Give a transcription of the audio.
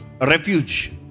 refuge